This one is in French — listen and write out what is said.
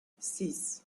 six